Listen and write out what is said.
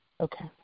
Okay